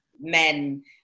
men